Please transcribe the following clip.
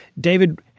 David